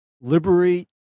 liberate